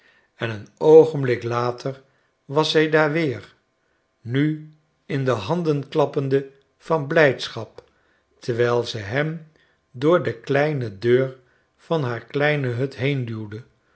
en een oogenblik later was zij daar weer nu in de handen klappende van blijdschap terwijl ze hem door de kleine deur van haar kleine hut